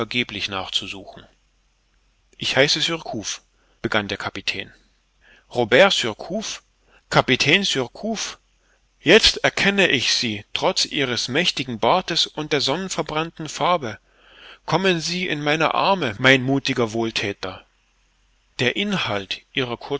vergeblich nachzusuchen ich heiße surcouf begann der kapitän robert surcouf kapitän surcouf jetzt erkenne ich sie trotz ihres mächtigen bartes und der sonnverbrannten farbe kommen sie in meine arme mein muthiger wohlthäter der inhalt ihrer